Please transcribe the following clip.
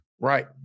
Right